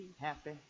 happy